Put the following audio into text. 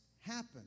happen